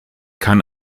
kann